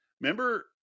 Remember